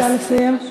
נא לסיים.